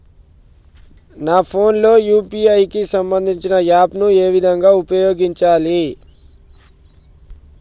నా ఫోన్ లో యూ.పీ.ఐ కి సంబందించిన యాప్ ను ఏ విధంగా ఉపయోగించాలి?